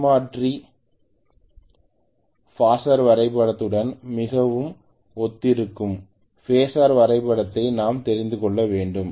மின்மாற்றி ஃபாசர் வரைபடத்துடன் மிகவும் ஒத்திருக்கும் பாசர் வரைபடத்தை நாம் தெரிந்து கொள்ள வேண்டும்